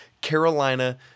Carolina